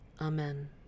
Amen